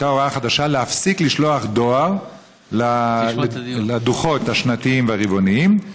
הייתה הוראה חדשה להפסיק לשלוח דואר של הדוחות השנתיים והרבעוניים,